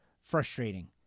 frustrating